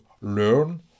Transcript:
learn